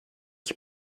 qui